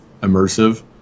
immersive